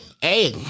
Hey